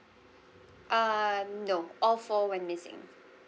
uh no all four went missing